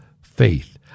faith